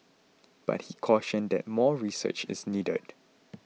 but he cautioned that more research is needed